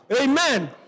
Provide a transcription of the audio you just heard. Amen